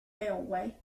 railway